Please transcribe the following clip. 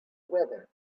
weather